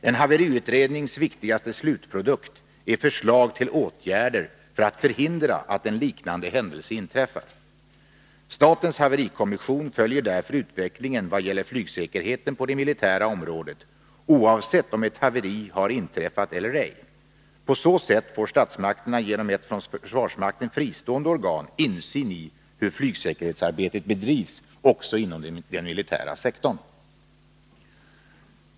En haveriutrednings viktigaste slutprodukt är förslag till åtgärder för att förhindra att en liknande händelse inträffar. Statens haverikommission följer därför utvecklingen i vad gäller flygsäkerheten på det militära området oavsett om ett haveri har inträffat eller ej. På så sätt får statsmakterna genom ett från försvarsmakten fristående organ insyn i hur flygsäkerhetsarbetet bedrivs också inom den militära sektorn.